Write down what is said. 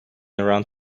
around